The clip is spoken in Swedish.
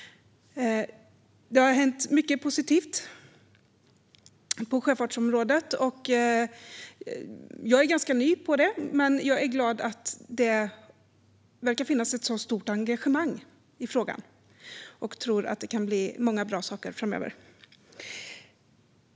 Det har skett mycket positivt på sjöfartsområdet. Jag är ganska ny på området. Men jag är glad över att det verkar finnas ett stort engagemang i frågan. Jag tror att det kan leda till många bra saker framöver.